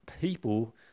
people